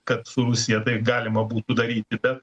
kad su rusija taip galima būtų daryti bet